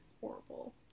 horrible